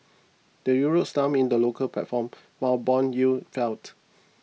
the Euro slumped in the local platform while bond yields felt